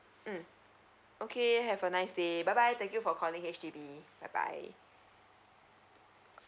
mm okay have a nice day bye bye thank you for calling H_D_B bye bye